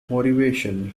motivation